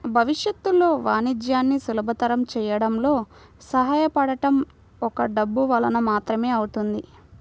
భవిష్యత్తులో వాణిజ్యాన్ని సులభతరం చేయడంలో సహాయపడటం ఒక్క డబ్బు వలన మాత్రమే అవుతుంది